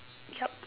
yup